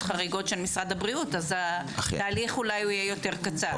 חריגות של משרד הבריאות אז התהליך יהיה אולי יותר קצר.